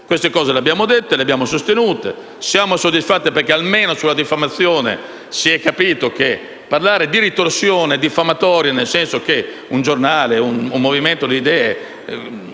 Queste cose le abbiamo dette e sostenute. Siamo soddisfatti perché almeno sulla diffamazione si è capito che parlare di ritorsione diffamatoria, nel senso che un giornale o un movimento di idee,